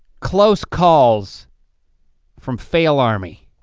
close calls from failarmy.